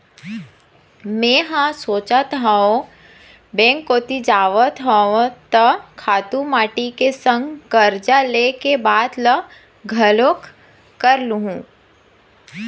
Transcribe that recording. मेंहा सोचत हव बेंक कोती जावत हव त खातू माटी के संग करजा ले के बात ल घलोक कर लुहूँ